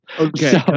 Okay